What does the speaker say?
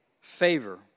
favor